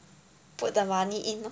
put the money in orh